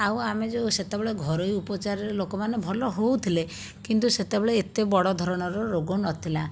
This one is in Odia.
ଆଉ ଆମେ ଯେଉଁ ସେତେବେଳେ ଘରୋଇ ଉପଚାରରେ ଲୋକମାନେ ଭଲ ହେଉଥିଲେ କିନ୍ତୁ ସେତେବଳେ ଏତେ ବଡ଼ ଧରଣର ରୋଗ ନଥିଲା